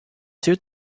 two